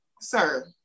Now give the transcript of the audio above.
sir